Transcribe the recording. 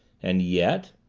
and yet